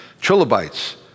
Trilobites